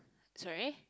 sorry